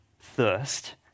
thirst